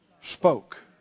spoke